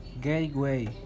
gateway